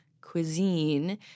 cuisine